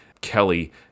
Kelly